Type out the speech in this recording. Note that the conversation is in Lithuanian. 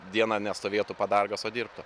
dieną nestovėtų padargas o dirbtų